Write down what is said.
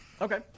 Okay